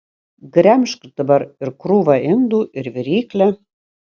gremžk dabar ir krūvą indų ir viryklę